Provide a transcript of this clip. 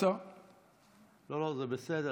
זה בסדר,